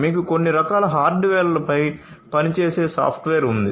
మీకు కొన్ని రకాల హార్డ్వేర్లపై పనిచేసే సాఫ్ట్వేర్ ఉంది